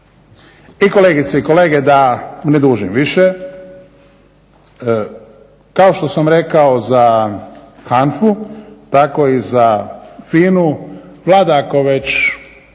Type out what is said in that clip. I kolegice i kolege da ne dužim više, kao što sam rekao za HANFA-u tako i za FINA-u, Vlada ako već